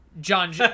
John